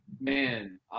Man